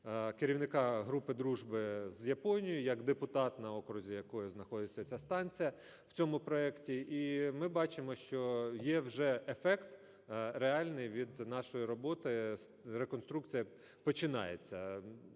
керівника групи дружби з Японією, як депутат, на окрузі якого знаходиться ця станція, в цьому проекті. І ми бачимо, що є вже ефект реальний від нашої роботи, реконструкція починається.